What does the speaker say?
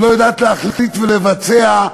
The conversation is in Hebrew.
שלא יודעת להחליט ולבצע,